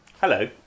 Hello